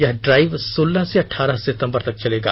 यह ड्राइव सोलह से अट्ठारह सितंबर तक चलेगा